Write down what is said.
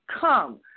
come